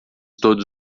todos